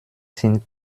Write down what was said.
sind